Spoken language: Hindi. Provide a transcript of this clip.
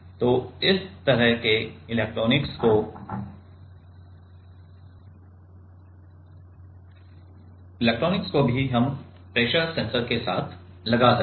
तो इस तरह के इलेक्ट्रॉनिक्स को भी हम प्रेशर सेंसर के साथ लगा सकते हैं